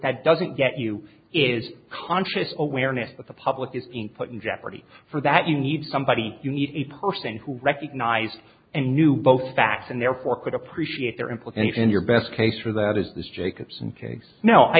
that doesn't get you is conscious awareness of the public is being put in jeopardy for that you need somebody you need a person who recognized and knew both facts and therefore could appreciate their implication in your best case for that is this jacobson case now i